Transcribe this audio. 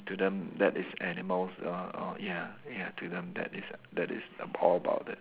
to them that is animals uh uh ya ya to them that is that is all about that